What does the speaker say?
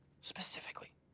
specifically